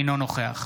אינו נוכח